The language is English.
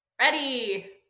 Ready